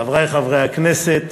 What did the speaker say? חברי חברי הכנסת,